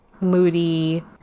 moody